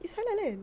it's halal kan